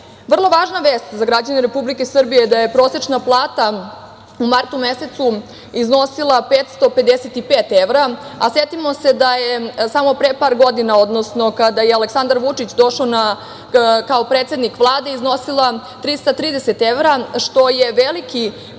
važna vest za građane Republike Srbije je da je prosečna plata u martu mesecu iznosila 555 evra, a setimo se da je samo pre par godina, odnosno kada je Aleksandar Vučić došao kao predsednik Vlade, iznosila 330 evra, što je veliki